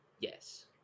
yes